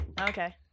okay